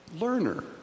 learner